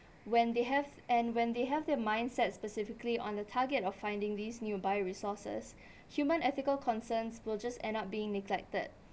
when they have and when they have their mindset specifically on the target of finding these new bioresources human ethical concerns will just end up being neglected